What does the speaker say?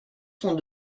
sont